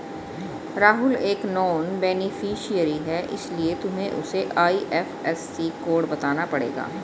राहुल एक non beneficiary है इसीलिए तुम्हें उसे आई.एफ.एस.सी कोड बताना पड़ेगा